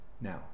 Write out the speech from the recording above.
now